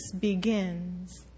begins